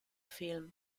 film